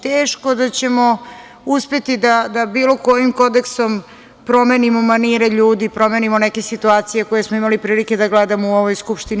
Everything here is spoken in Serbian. Teško da ćemo uspeti da bilo kojim Kodeksom promenimo manire ljudi, promenimo neke situacije koje smo imali prilike da gledamo u ovoj Skupštini.